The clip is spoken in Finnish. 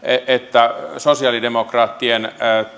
että sosiaalidemokraattien